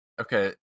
Okay